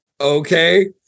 Okay